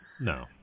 No